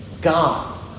God